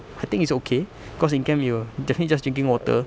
I think it's okay cause in camp you're definitely just drinking water